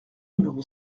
numéro